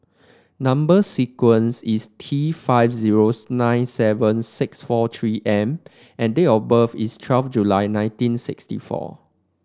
number sequence is T five zero nine seven six four three M and date of birth is twelve July nineteen sixty four